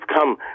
come